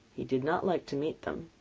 he did not like to meet them.